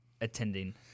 attending